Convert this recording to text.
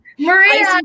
Maria